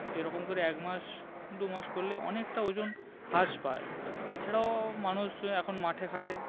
এরকম করে এক মাস দু মাস করলে অনেকটা ওজন হ্রাস পায় এছাড়াও মানুষ এখন মাঠে ঘাটে